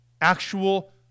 Actual